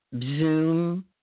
Zoom